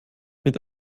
mit